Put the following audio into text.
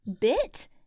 bit